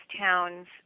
towns